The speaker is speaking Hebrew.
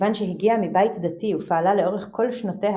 כיוון שהגיעה מבית דתי ופעלה לאורך כל שנותיה